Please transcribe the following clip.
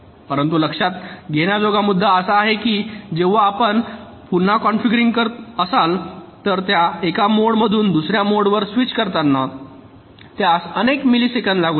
परंतु लक्षात घेण्याजोगा मुद्दा असा आहे की जेव्हा आपण पुन्हा कॉन्फिगर करीत असाल तर एका मोडमधून दुसर्या मोडवर स्विच करताना त्यास अनेक मिलिसेकंद लागू शकतात